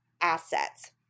assets